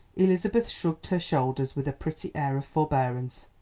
elizabeth shrugged her shoulders with a pretty air of forbearance.